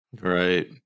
Right